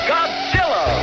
Godzilla